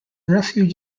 refuge